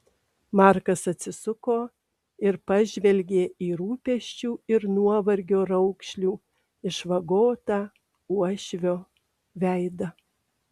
markas atsisuko ir pažvelgė į rūpesčių ir nuovargio raukšlių išvagotą uošvio veidą